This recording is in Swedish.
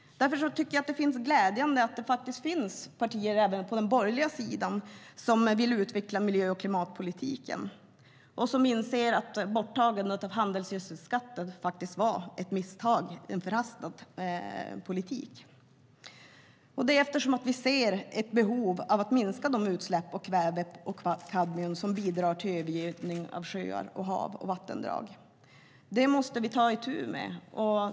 Det är därför glädjande att det finns partier även på den borgerliga sidan som vill utveckla miljö och klimatpolitiken och som inser att borttagandet av handelsgödselskatten faktiskt var ett misstag, en förhastad politisk åtgärd. Vi ser att det finns behov av att minska utsläppen av kväve och kadmium, som bidrar till övergödning av sjöar, hav och vattendrag. Det måste vi ta itu med.